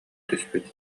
түспүт